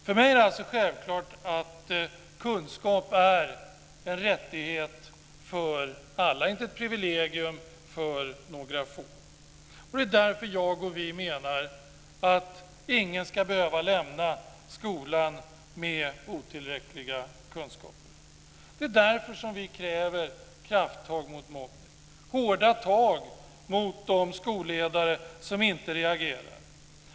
För mig är det alltså självklart att kunskap är en rättighet för alla - inte ett privilegium för några få. Det är därför jag och vi menar att ingen ska behöva lämna skolan med otillräckliga kunskaper. Det är därför vi kräver krafttag mot mobbning och hårda tag mot de skolledare som inte reagerar.